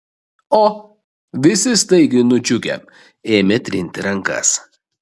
o visi staiga nudžiugę ėmė trinti rankas